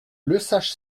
lesage